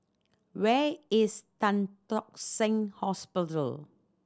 where is Tan Tock Seng Hospital